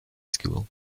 school